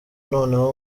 noneho